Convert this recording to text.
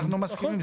אנחנו מסכימים.